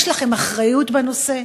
יש לכם אחריות בנושא.